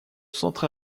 centre